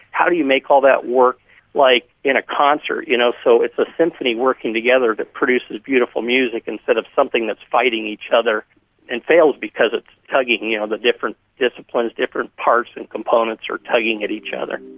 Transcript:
how do you make all that work like in a concert, you know so it's a symphony working together that produces beautiful music instead of something that's fighting each other and fails because it's tugging you know the different disciplines, the different parts, the and components are tugging at each other.